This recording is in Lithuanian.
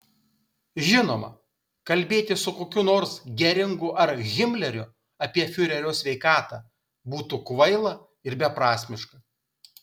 žinoma kalbėti su kokiu nors geringu ar himleriu apie fiurerio sveikatą būtų kvaila ir beprasmiška